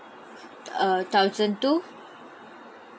err thousand two